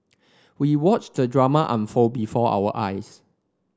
we watched the drama unfold before our eyes